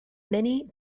many